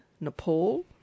Nepal